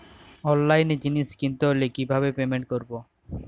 অনলাইনে জিনিস কিনতে হলে কিভাবে পেমেন্ট করবো?